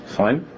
fine